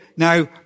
Now